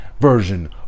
version